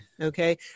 okay